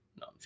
No